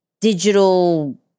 digital